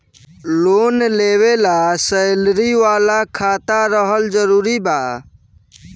Loan लेवे ला salary वाला खाता रहल जरूरी बा?